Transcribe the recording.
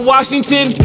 Washington